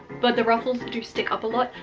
but the ruffles do stick up a lot,